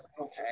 okay